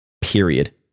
Period